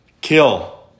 kill